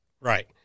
Right